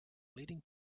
leading